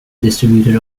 distributed